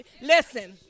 Listen